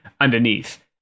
underneath